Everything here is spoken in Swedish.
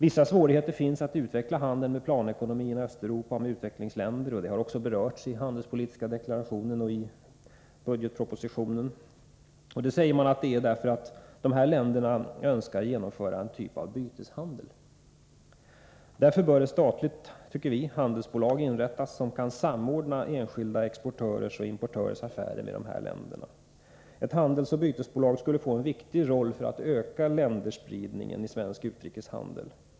Vissa svårigheter finns att utveckla handeln med planekonomins Östeuropa och med utvecklingsländer, och det har också berörts i den handelspolitiska deklarationen och i budgetpropositionen. Man säger att detta beror på att dessa länder önskar genomföra en typ av byteshandel. Därför tycker vi att ett statligt handelsbolag borde inrättas som kan samordna enskilda exportörers och importörers affärer med dessa länder. Ett handelsoch bytesbolag skulle få en viktig roll för att öka länderspridningen i den svenska utrikeshandeln.